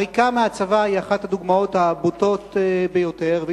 עריקה מהצבא היא אחת הדוגמאות הבוטות ביותר,